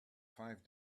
five